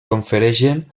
confereixen